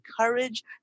courage